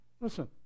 Listen